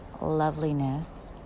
loveliness